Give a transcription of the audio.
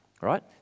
Right